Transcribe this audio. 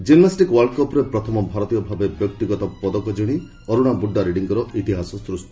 gymnastic ୱାର୍ଲ୍ଡକପ୍ରେ ପ୍ରଥମ ଭାରତୀୟ ଭାବେ ବ୍ୟକ୍ତିଗତ ପଦକ ଜିତି ଅରୁଣା ବୁଡ୍ଜାରେଡ୍ଜୀଙ୍କ ଇତିହାସ ସୃଷ୍ଟି